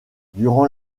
durant